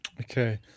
okay